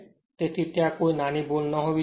જેથી ત્યાં કોઈ નાની ભૂલ ન હોવી જોઈએ